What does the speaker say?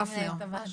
הכלכלה.